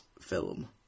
film